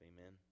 Amen